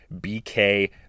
BK